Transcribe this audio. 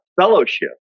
Fellowship